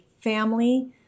family